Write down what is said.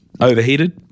Overheated